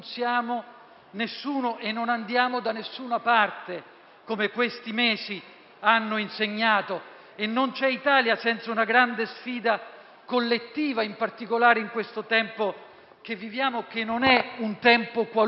nessuno e non andiamo da nessuna parte, come questi mesi hanno insegnato. E non c'è Italia senza una grande sfida collettiva, in particolare in questo tempo che viviamo, che non è un tempo qualunque.